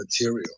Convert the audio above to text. material